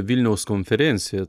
vilniaus konferencija